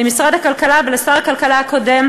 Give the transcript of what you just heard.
למשרד הכלכלה ולשר הכלכלה הקודם,